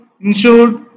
insured